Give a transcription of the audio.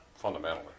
fundamentally